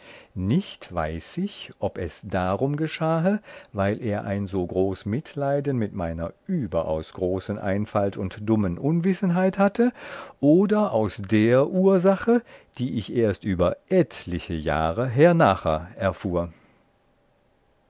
nicht weiß ich ob es darum geschahe weil er ein so groß mitleiden mit meiner überaus großen einfalt und dummen unwissenheit hatte oder aus der ursache die ich erst über etliche jahre hernacher erfuhr